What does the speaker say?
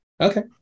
Okay